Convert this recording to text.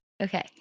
Okay